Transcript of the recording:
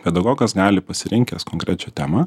pedagogas gali pasirinkęs konkrečią temą